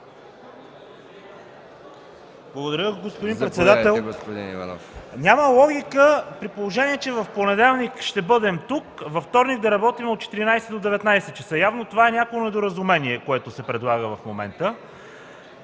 Благодаря, господин председател. Няма логика, при положение че в понеделник ще бъдем тук, във вторник да работим от 14,00 до 19,00 ч. Явно това, което се предлага в момента,